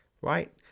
Right